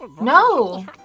No